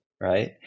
right